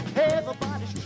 Everybody's